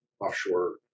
offshore